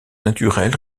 naturel